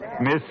Miss